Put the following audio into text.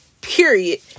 period